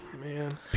man